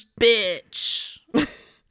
Bitch